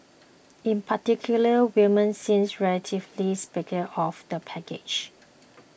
in particular women seems relatively sceptical of the package